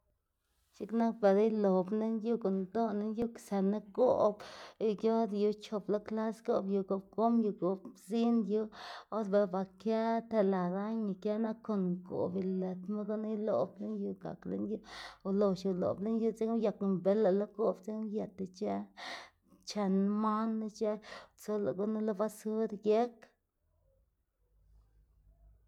X̱iꞌk nak bela iloꞌbná lën yu gunndoná lën yu zënná goꞌb yor yu chop lo klas goꞌb yu goꞌb gom yu goꞌb zin yu bos or ba kë telearaña kë nap kon goꞌb ilitma gunu iloꞌb lën yu gak lën yu olox uloꞌb lën yu dzekna uyak mbila lo goꞌb dzekna uyët ic̲h̲ë chen manu ic̲h̲ë tsula gunu lo basur geꞌk.